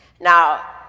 Now